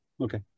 Okay